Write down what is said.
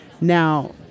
Now